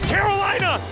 Carolina